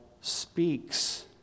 speaks